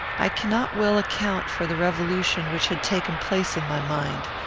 i cannot well account for the revolution which had taken place in my mind.